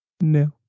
no